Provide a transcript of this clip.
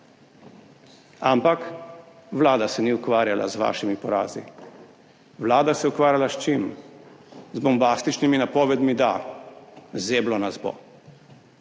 Ampak vlada se ni ukvarjala z vašimi porazi, vlada se je ukvarjala – s čim? Z bombastičnimi napovedmi: zeblo nas bo,